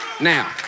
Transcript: Now